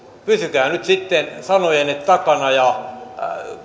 pysykää nyt sitten sanojenne takana ja